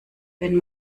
wenn